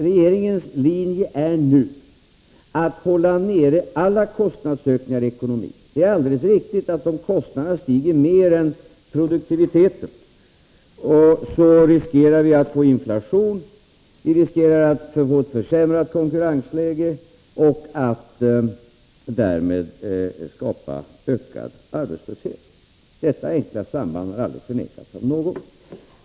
Regeringens linje är nu att hålla nere alla kostnadsökningar i ekonomin. Det är alldeles riktigt att om kostnaderna stiger mer än produktiviteten så riskerar vi att få inflation; vi riskerar att få ett försämrat konkurrensläge och att därmed skapa ökad arbetslöshet. Detta enkla samband har aldrig förnekats av någon.